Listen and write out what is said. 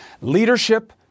Leadership